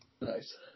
Nice